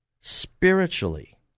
spiritually